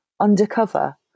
undercover